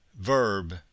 verb